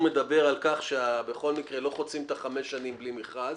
מדבר על כך שבכל מקרה לא חוצים חמש שנים בלי מכרז,